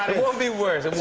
it won't be worse.